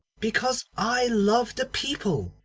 because i love the people.